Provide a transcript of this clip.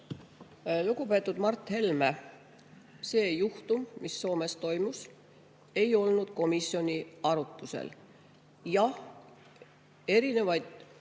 Lugupeetud Mart Helme! See juhtum, mis Soomes toimus, ei olnud komisjonis arutlusel. Jah, erinevaid